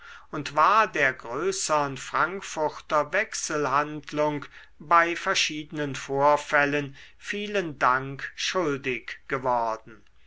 und war der größern frankfurter wechselhandlung bei verschiedenen vorfällen vielen dank schuldig geworden